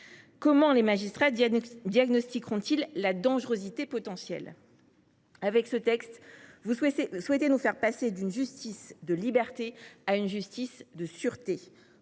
Comment les magistrats diagnostiqueront ils la “dangerosité criminologique” ?» Avec ce texte, vous souhaitez nous faire passer d’une justice de liberté à une justice de sûreté,